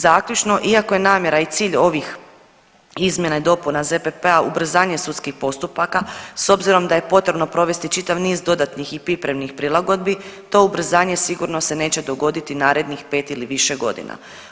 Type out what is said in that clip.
Zaključno, iako je namjera i cilj ovih izmjena i dopuna ZPP-a ubrzanje sudskih postupaka, s obzirom da je potrebno provesti čitav niz dodatnih i pripremnih prilagodbi, to ubrzanje sigurno se neće dogoditi narednih 5 ili više godina.